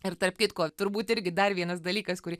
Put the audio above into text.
ir tarp kitko turbūt irgi dar vienas dalykas kurį